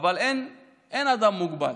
אבל אין אדם מוגבל.